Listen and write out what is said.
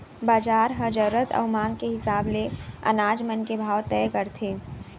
बजार ह जरूरत अउ मांग के हिसाब ले अनाज मन के भाव तय करथे